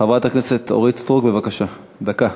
חברת הכנסת אורית סטרוק, בבקשה, דקה.